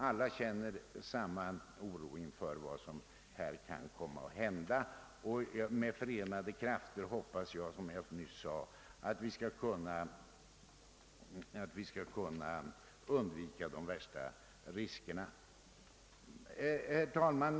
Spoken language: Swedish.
Alla känner samma oro inför vad som kan hända, och med förenade krafter hoppas jag som sagt vi skall kunna eliminera de värsta riskerna. Herr talman!